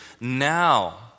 now